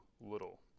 little